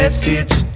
message